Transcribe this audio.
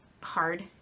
hard